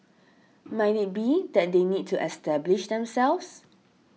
might it be that they need to establish themselves